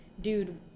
dude